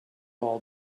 all